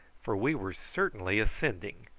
for we were certainly ascending,